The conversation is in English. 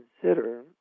consider